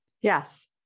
Yes